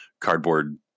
cardboard